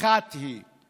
אחת היא: